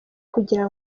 kugira